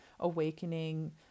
awakening